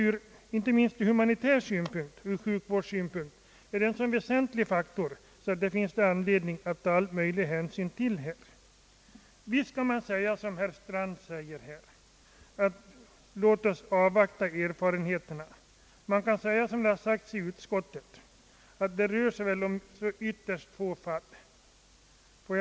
Inte minst ur humanitär synpunkt och ur sjukvårdssynpunkt är detta en så väsentlig faktor, att det föreligger all anledning att ta hänsyn därtill. Visst kan man som herr Strand här säga: »Låt oss avvakta erfarenheterna!» Man kan också säga, som sagts inom utskottet, att det här rör sig om ett ytterst litet antal fall.